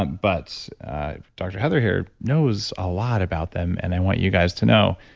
um but dr. heather here knows a lot about them and i want you guys to know.